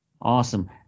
awesome